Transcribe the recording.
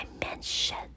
dimension